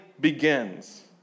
begins